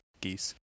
geese